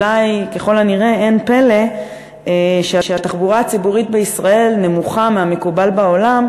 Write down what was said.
אולי ככל הנראה אין פלא שהתחבורה הציבורית בישראל נמוכה מהמקובל בעולם,